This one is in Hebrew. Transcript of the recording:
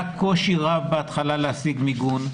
בהתחלה היה קושי רב להשיג מיגון.